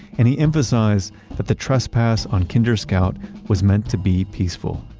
and he emphasized that the trespass on kinder scout was meant to be peaceful.